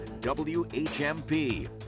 WHMP